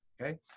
okay